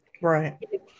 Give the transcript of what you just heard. Right